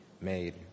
made